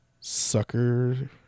Sucker